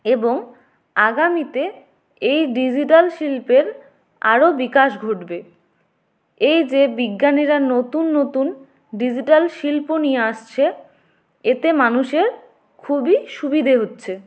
এবং আগামীতে এই ডিজিটাল শিল্পের আরো বিকাশ ঘটবে এই যে বিজ্ঞানীরা নতুন নতুন ডিজিটাল শিল্প নিয়ে আসছে এতে মানুষের খুবই সুবিধা হচ্ছে